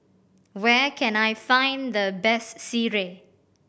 where can I find the best sireh